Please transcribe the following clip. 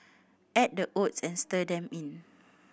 add the oats and stir them in